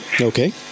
Okay